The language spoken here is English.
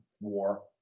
war